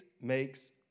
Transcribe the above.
makes